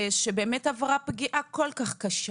שעברה פגיעה כל כך קשה.